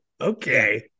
Okay